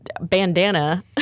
bandana